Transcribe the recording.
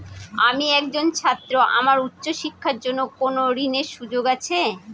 আমি একজন ছাত্র আমার উচ্চ শিক্ষার জন্য কোন ঋণের সুযোগ আছে?